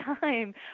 time